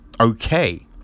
okay